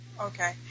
Okay